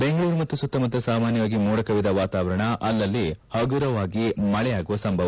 ಬೆಂಗಳೂರು ಮತ್ತು ಸುತ್ತ ಮುತ್ತ ಸಾಮಾನ್ಯವಾಗಿ ಮೋಡಕವಿದ ವಾತಾವರಣ ಅಲ್ಲಲ್ಲಿ ಪಗುರವಾಗಿ ಮಳೆಯಾಗುವ ಸಂಭವ